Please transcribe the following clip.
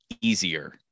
easier